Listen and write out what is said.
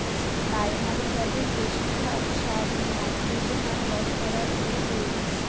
binary জাতের বেশিরভাগ সারই নাইট্রোজেন আর ফসফরাস দিয়ে তইরি